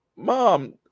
Mom